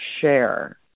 share